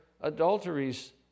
adulteries